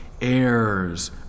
heirs